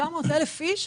900 אלף אנשים,